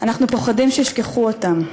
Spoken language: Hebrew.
אנחנו פוחדים שישכחו אותם,